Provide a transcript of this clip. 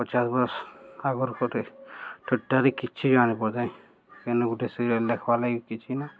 ପଚାଶ ବର୍ଷ ଆଗରୁ କିଛି ବି ଆଣି ପଡ଼ିଥାଏ ଏନୁ ଗୋଟେ ସିରିଏଲ୍ ଦେଖ୍ବାର୍ ଲାଗି କିଛି ନା